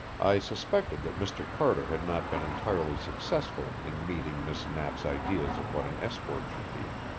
i suspected that mr. carter had not been entirely successful in meeting miss knapp's ideas of what an escort should be.